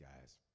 guys